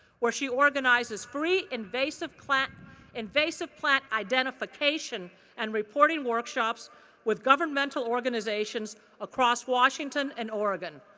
where she organizes free invasive plant invasive plant identification and reporting workshops with governmental organizations across washington and oregon.